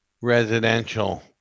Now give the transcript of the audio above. residential